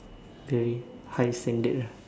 very high standard ah